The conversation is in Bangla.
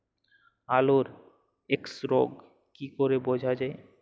আলুর এক্সরোগ কি করে বোঝা যায়?